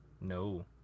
No